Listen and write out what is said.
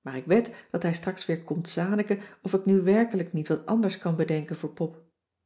maar ik wed dat hij straks weer komt zaniken of ik nu werkelijk niet wat anders kan bedenken voor pop